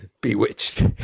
Bewitched